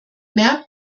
merkt